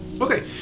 Okay